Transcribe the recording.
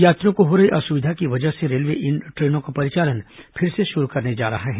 यात्रियों को हो रही असुविधा की वजह से रेलवे इन ट्रेनों का परिचालन फिर से शुरू करने जा रहा है